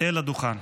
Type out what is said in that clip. אל הדוכן.